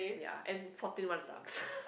ya and fourteen one sucks